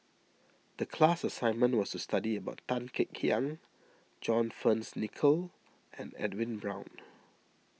the class assignment was to study about Tan Kek Hiang John Fearns Nicoll and Edwin Brown